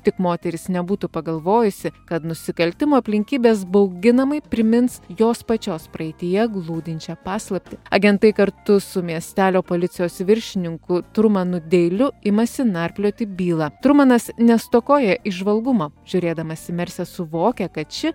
tik moteris nebūtų pagalvojusi kad nusikaltimo aplinkybės bauginamai primins jos pačios praeityje glūdinčią paslaptį agentai kartu su miestelio policijos viršininku trumanu deiliu imasi narplioti bylą trumanas nestokoja įžvalgumo žiūrėdamas į mersę suvokia kad ši